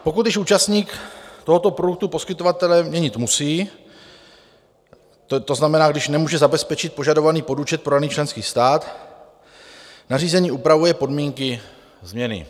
Pokud již účastník tohoto produktu poskytovatele měnit musí, to znamená, když nemůže zabezpečit požadovaný podúčet pro daný členský stát, nařízení upravuje podmínky změny.